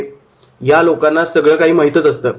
' या लोकांना सगळं काही माहीत असतं